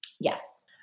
Yes